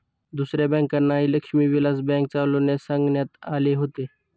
दुसऱ्या बँकांनाही लक्ष्मी विलास बँक चालविण्यास सांगण्यात आले होते